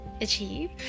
achieve